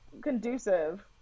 conducive